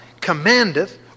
commandeth